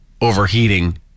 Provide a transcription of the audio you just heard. overheating